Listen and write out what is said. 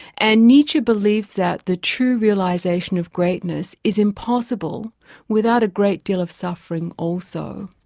and nietzsche believes that the true realisation of greatness is impossible without a great deal of suffering also.